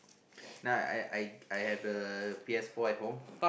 no I I I have the P_S four at home